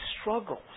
struggles